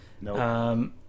No